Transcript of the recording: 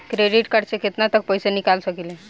Credit card से केतना तक पइसा निकाल सकिले?